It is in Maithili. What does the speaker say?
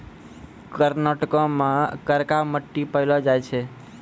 कर्नाटको मे करका मट्टी पायलो जाय छै